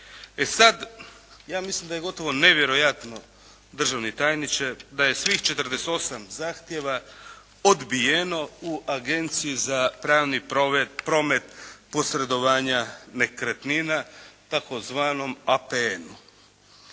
E sad, ja mislim da je gotovo nevjerojatno državni tajniče da je svih 48 zahtjeva odbijeno u Agenciji za pravni promet posredovanja nekretnina tzv. APN-u.